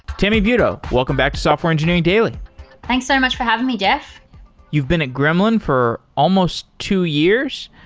tammy butow, welcome back to software engineering daily thanks very much for having me, jeff you've been at gremlin for almost two years.